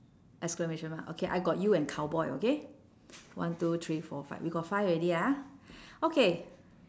exclamation mark okay I got you and cowboy okay one two three four five we got five already ah okay